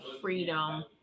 freedom